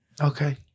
Okay